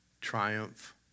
triumph